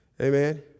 Amen